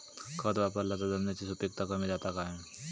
खत वापरला तर जमिनीची सुपीकता कमी जाता काय?